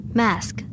mask